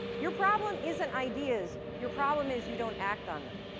your problem isn't ideas. your problem is you don't act on them.